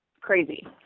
crazy